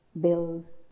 bills